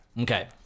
okay